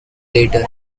later